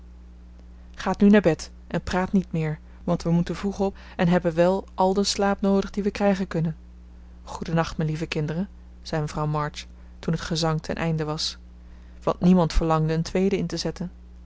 gaat nu naar bed en praat niet meer want we moeten vroeg op en hebben wel al den slaap noodig dien we krijgen kunnen goeden nacht mijn lieve kinderen zei mevrouw march toen het gezang ten einde was want niemand verlangde een tweede in te zetten